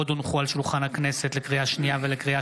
הצעת חוק להנצחת זכרו של מנחם בגין (תיקון,